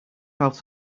out